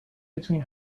between